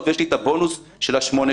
אין לי את היכולת לעשות את התוספות של ראש אח"מ,